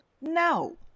No